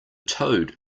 toad